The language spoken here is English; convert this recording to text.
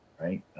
right